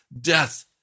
death